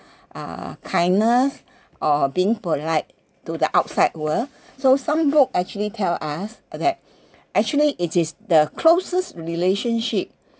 uh uh kindness or being polite to the outside world so some books actually tell us that actually it is the closest relationship